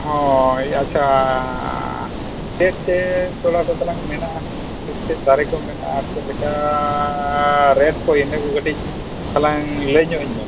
ᱦᱳᱭ ᱟᱪᱪᱷᱟ ᱪᱮᱫ ᱪᱮᱫ ᱛᱚᱲᱟ ᱠᱚ ᱛᱟᱞᱟᱝ ᱢᱮᱱᱟᱜᱼᱟ ᱪᱮᱫ ᱪᱮᱫ ᱫᱟᱨᱮ ᱠᱚ ᱢᱮᱱᱟᱜᱼᱟ ᱟᱨ ᱪᱮᱫ ᱞᱮᱠᱟᱻ ᱨᱮᱴ ᱠᱚ ᱤᱱᱟᱹ ᱠᱚ ᱠᱟᱹᱴᱤᱡ ᱛᱟᱞᱟᱝ ᱞᱟᱹᱭ ᱧᱚᱜ ᱟᱹᱧ ᱢᱮ